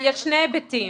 יש שני היבטים.